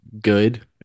good